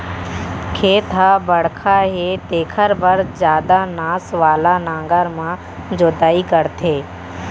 खेत ह बड़का हे तेखर बर जादा नास वाला नांगर म जोतई करथे